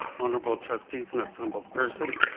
honorable trustees and assembled persons,